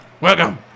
Welcome